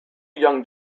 young